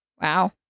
wow